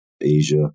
Asia